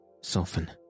soften